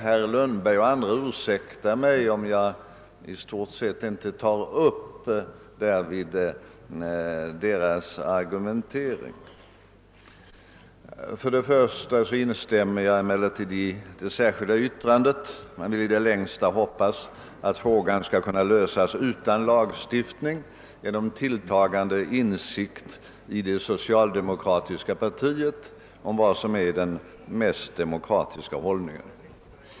Herr Lundberg och andra ursäktar mig säkerligen om jag därvid inte tar upp deras argumentering. Jag vill emellertid först instämma i det särskilda yttrandet. Man vill i det längsta hoppas att frågan skall kunna lösas utan lagstiftning genom tilltagande insikt inom det socialdemokratiska partiet om vad som är den mest demokratiska ordningen.